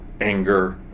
anger